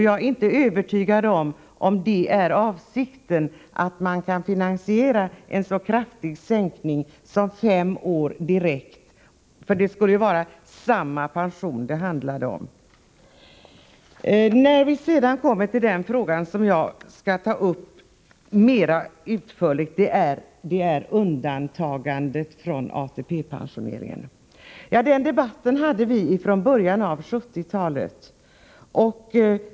Jag är inte övertygad om att det är avsikten och att man kan finansiera en så kraftig sänkning som fem år. Det skulle ju handla om samma pensionsbelopp. Den fråga som jag skall ta upp mer utförligt är undantagandet från ATP-pensioneringen. Den debatten hade vi från början av 1970-talet.